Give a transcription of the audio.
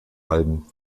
alben